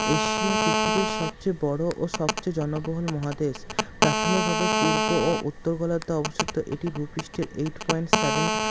Asia পৃথিবীর সবচেয়ে বড়ো ও সবচেয়ে জনবহুল মহাদেশ প্রাথমিকভাবে পূর্ব ও উত্তর গোলার্ধে অবস্থিত এটি ভূপৃষ্ঠের এইট পয়েন্ট সেভেন